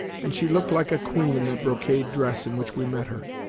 and she looked like a queen in that brocade dress in which we met her.